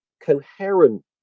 coherent